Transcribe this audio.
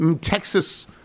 Texas